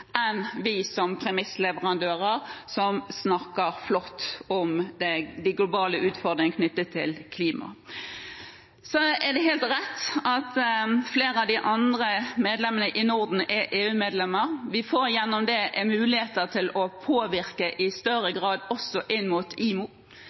enn det vi som premissleverandører, som snakker flott om de globale utfordringene knyttet til klima, gjør. Det er helt rett at flere av de andre medlemmene i Norden er EU-medlemmer, og de får gjennom det muligheter til å påvirke også IMO i større